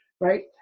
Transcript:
right